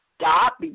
stop